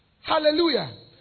Hallelujah